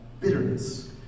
bitterness